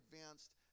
advanced